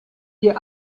hier